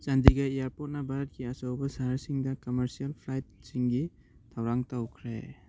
ꯆꯥꯟꯗꯤꯒꯔ ꯏꯌꯥꯔꯄꯣꯠꯅ ꯚꯥꯔꯠꯀꯤ ꯑꯆꯧꯕ ꯁꯍꯔꯁꯤꯡꯗ ꯀꯃꯔꯁꯦꯜ ꯐ꯭ꯂꯥꯏꯠꯁꯤꯡꯒꯤ ꯊꯧꯔꯥꯡ ꯇꯧꯈ꯭ꯔꯦ